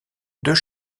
deux